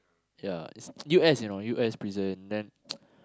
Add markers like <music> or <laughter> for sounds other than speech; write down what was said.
ya it's <noise> U_S you know U_S prison then <noise>